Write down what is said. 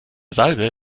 salbe